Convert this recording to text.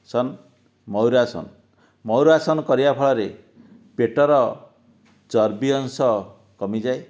ସନ ମୟୂରାସନ ମୟୂରାସନ କରିବା ଫଳରେ ପେଟର ଚର୍ବି ଅଂଶ କମିଯାଏ